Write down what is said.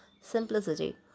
simplicity